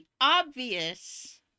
obvious